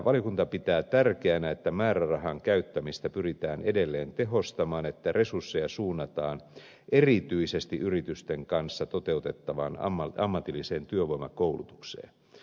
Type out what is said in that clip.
valiokunta pitää tärkeänä että määrärahan käyttämistä pyritään edelleen tehostamaan ja että resursseja suunnataan erityisesti yritysten kanssa toteutettavaan ammatilliseen työvoimakoulutukseen